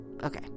Okay